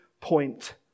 point